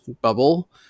Bubble